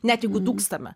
net jeigu dūkstame